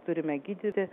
turime gydyti